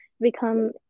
become